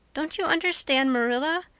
don't you understand, marilla?